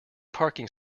parking